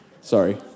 Sorry